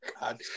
God